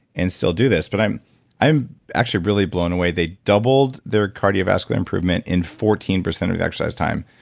and still do this but i'm i'm actually really blown away, they doubled their cardiovascular improvement in fourteen percent of the exercise time.